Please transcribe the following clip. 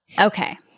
Okay